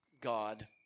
God